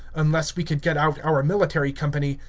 unless we could get out our military company,